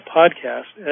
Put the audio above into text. podcast